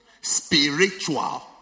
spiritual